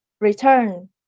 return